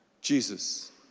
Jesus